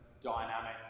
dynamic